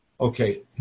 Okay